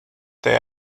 they